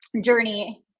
journey